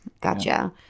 gotcha